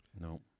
No